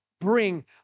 bring